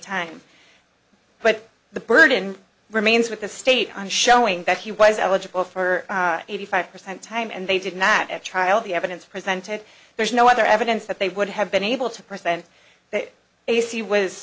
time but the burden remains with the state on showing that he was eligible for eighty five percent time and they did not at trial the evidence presented there is no other evidence that they would have been able to present that ac was